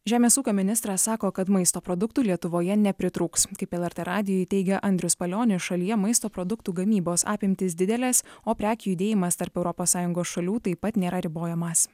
žemės ūkio ministras sako kad maisto produktų lietuvoje nepritrūks kaip lrt radijui teigia andrius palionis šalyje maisto produktų gamybos apimtys didelės o prekių judėjimas tarp europos sąjungos šalių taip pat nėra ribojamas